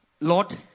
Lord